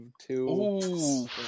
two